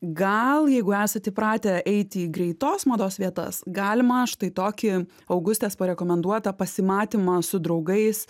gal jeigu esat įpratę eiti į greitos mados vietas galima štai tokį augustės parekomenduotą pasimatymą su draugais